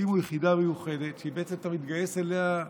והקימו יחידה מיוחדת שבעצם אתה מתגייס אליה.